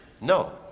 No